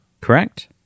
Correct